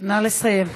נא לסיים.